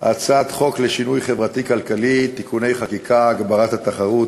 הצעת חוק לשינוי חברתי-כלכלי (תיקוני חקיקה) (הגברת התחרות),